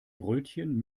brötchen